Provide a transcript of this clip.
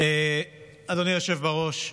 אדוני היושב בראש,